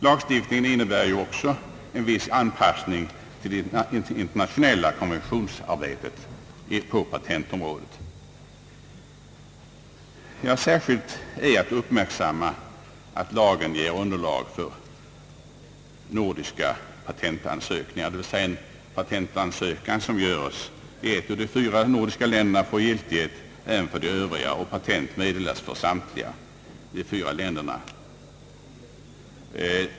Lagstiftningen innebär också en viss anpassning till det internationella konventionsarbetet på patentområdet. Särskilt är att uppmärksamma att lagen när den i dess helhet trätt i kraft ger underlag för nordiska patentansökningar, dvs. att en patentansökan som görs i ett av de fyra nordiska länderna får giltighet även för de övriga och att ett och samma patent meddelas för samtliga de fyra länderna.